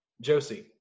Josie